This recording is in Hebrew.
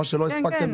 מה שלא הספקתם,